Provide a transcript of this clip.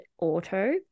auto